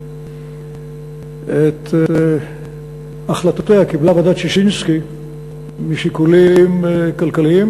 את החלטותיה קיבלה ועדת ששינסקי משיקולים כלכליים,